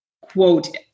quote